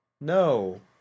No